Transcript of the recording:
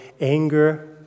anger